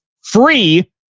free